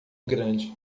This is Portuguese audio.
grande